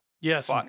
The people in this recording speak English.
yes